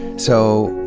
so,